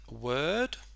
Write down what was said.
word